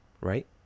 right